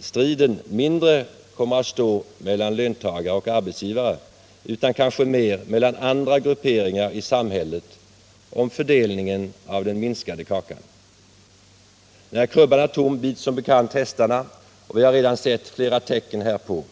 ”striden” mindre kommer att stå mellan löntagare och arbetsgivare än mellan andra grupperingar i samhället om fördelningen av den minskade kakan. När krubban är tom bits som bekant hästarna, och vi har redan sett flera tecken härpå.